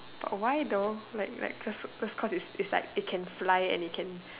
but why though like like cause cause cause it can fly and it can